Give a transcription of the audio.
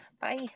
Bye